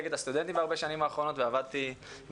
ועבדתי עם חבר הכנסת מרגי צמוד,